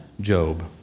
Job